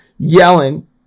Yelling